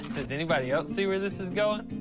does anybody else see where this is going?